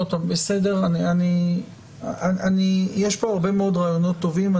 יש כאן הרבה מאוד רעיונות טובים.